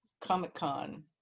Comic-Con